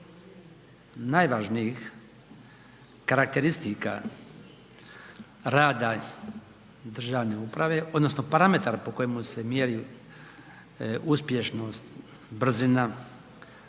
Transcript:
od najvažnijih karakteristika rada državne uprave odnosno parametar po kojemu se mjeri uspješnost, brzina,